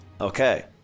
Okay